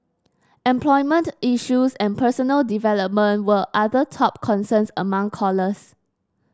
employment issues and personal development were other top concerns among callers